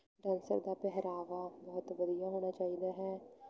dancer ਦਾ ਪਹਿਰਾਵਾ ਬਹੁਤ ਵਧੀਆ ਹੋਣਾ ਚਾਹੀਦਾ ਹੈ